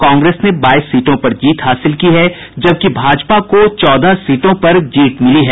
कांग्रेस ने बाईस सीटों पर जीत हासिल की है जबकि भाजपा को चौदह सीटों पर जीत हासिल हुई है